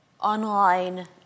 online